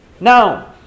Now